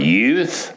youth